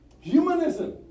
Humanism